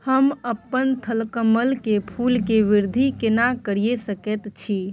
हम अपन थलकमल के फूल के वृद्धि केना करिये सकेत छी?